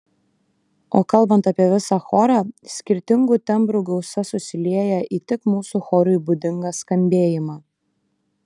o kalbant apie visą chorą skirtingų tembrų gausa susilieja į tik mūsų chorui būdingą skambėjimą